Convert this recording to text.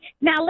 now